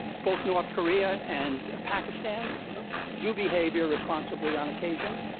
both north korea and pakistan do behave irresponsibly on occasion,